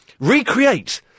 recreate